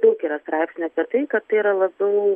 daug yra straipsnis apie tai kad tai yra labiau